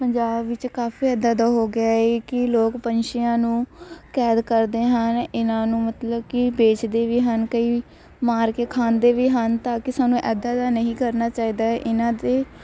ਪੰਜਾਬ ਵਿੱਚ ਕਾਫੀ ਇੱਦਾਂ ਦਾ ਹੋ ਗਿਆ ਏ ਕਿ ਲੋਕ ਪੰਛੀਆਂ ਨੂੰ ਕੈਦ ਕਰਦੇ ਹਨ ਇਹਨਾਂ ਨੂੰ ਮਤਲਬ ਕਿ ਵੇਚਦੇ ਵੀ ਹਨ ਕਈ ਮਾਰ ਕੇ ਖਾਂਦੇ ਵੀ ਹਨ ਤਾਂ ਕਿ ਸਾਨੂੰ ਇੱਦਾਂ ਦਾ ਨਹੀਂ ਕਰਨਾ ਚਾਹੀਦਾ ਇਹਨਾਂ 'ਤੇ